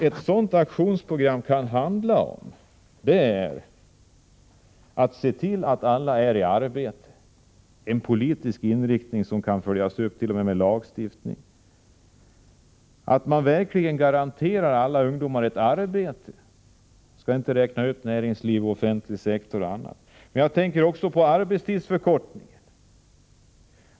Ett aktionsprogram kan handla om att se till att alla är i arbete, en politisk inriktning som kan följas upp, t.o.m. med lagstiftning. Man skall verkligen garantera alla ungdomar ett arbete, inom näringsliv eller offentlig sektor. Jag tänker också på arbetstidsförkortningen.